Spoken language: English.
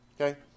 Okay